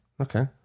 Okay